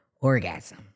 orgasm